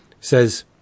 says